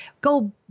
go